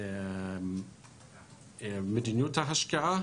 מדיניות ההשקעה